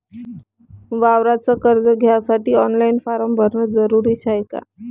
वावराच कर्ज घ्यासाठी ऑनलाईन फारम भरन जरुरीच हाय का?